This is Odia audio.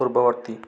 ପୂର୍ବବର୍ତ୍ତୀ